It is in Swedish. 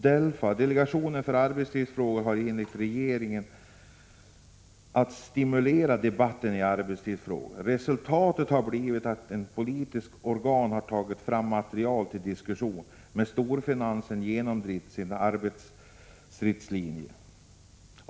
DELFA -— delegationen för arbetstidsfrågor — har enligt regeringen att stimulera debatten i arbetstidsfrågor. Resultatet har blivit att ett politiskt organ har tagit fram material till diskussion, medan storfinansen genomdrivit sin arbetstidslinje.